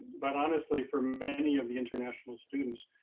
but honestly, for many of the international students,